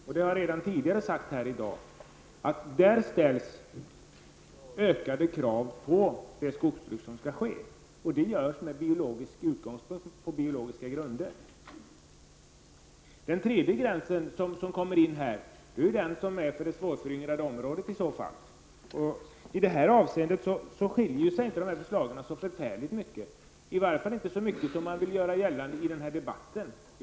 När det gäller den gränsen ställs ökade krav på skogsbruket, vilket vi har konstaterat här redan tidigare i dag. Den gränsen sätts med biologisk utgångspunkt, på biologisk grund. Den tredje gräns som nämns här är den som gäller det svårföryngrade området. I detta avseende skiljer sig inte förslagen så förfärligt mycket -- i varje fall inte så mycket som man vill göra gällande i debatten.